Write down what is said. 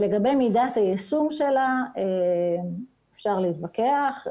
לגבי מידת היישום שלה, אפשר להתווכח.